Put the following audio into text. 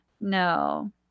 No